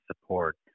support